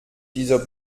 dieser